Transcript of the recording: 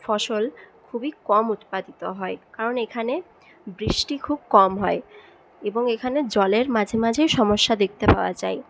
ফসল খুবই কম উৎপাদিত হয় কারণ এখানে বৃষ্টি খুব কম হয় এবং এখানে জলের মাঝে মাঝেই সমস্যা দেখতে পাওয়া যায়